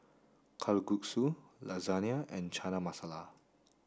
Kalguksu Lasagna and Chana Masala